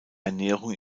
ernährung